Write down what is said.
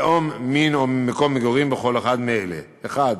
לאום, מין או מקום מגורים, בכל אחד מאלה: (1)